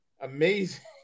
amazing